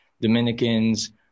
Dominicans